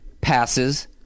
passes